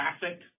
traffic